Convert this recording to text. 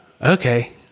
okay